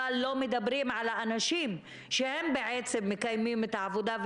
אבל לא מדברים על האנשים שהם בעצם מקיימים את העבודה,